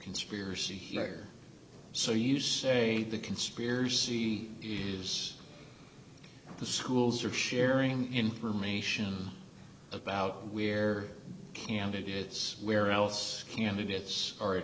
conspiracy here so you say the conspiracy is the schools are sharing information about where candidates where else candidates